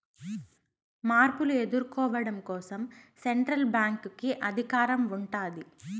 మార్పులు ఎదుర్కోవడం కోసం సెంట్రల్ బ్యాంక్ కి అధికారం ఉంటాది